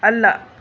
ಅಲ್ಲ